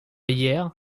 hyères